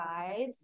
vibes